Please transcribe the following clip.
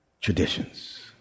traditions